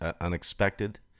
unexpected